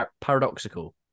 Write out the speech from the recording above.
paradoxical